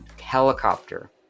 helicopter